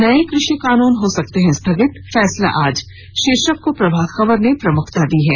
नए कृषि कानून हो सकते हैं स्थगित फैसला आज शीर्षक को प्रभात खबर ने प्रमुखता से प्रकाशित किया है